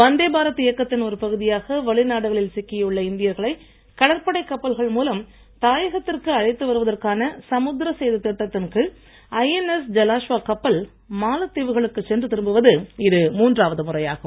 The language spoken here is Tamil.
வந்தே பாரத் இயக்கத்தின் ஒரு பகுதியாக வெளிநாடுகளில் சிக்கியுள்ள இந்தியர்களை கடற்படைக் கப்பல்கள் மூலம் தாயகத்திற்கு அழைத்து வருவதற்கான சமுத்திர சேது திட்டத்தின் கீழ் ஐஎன்எஸ் ஜலாஷ்வா கப்பல் மாலத்தீவுகளுக்கு சென்று திரும்புவது இது மூன்றாவது முறையாகும்